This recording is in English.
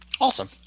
Awesome